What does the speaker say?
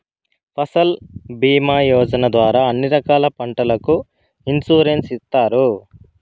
ఫసల్ భీమా యోజన ద్వారా అన్ని రకాల పంటలకు ఇన్సురెన్సు ఇత్తారు